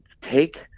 take